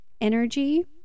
energy